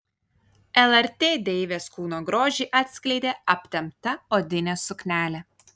lrt deivės kūno grožį atskleidė aptempta odinė suknelė